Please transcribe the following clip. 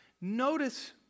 notice